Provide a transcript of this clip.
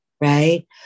right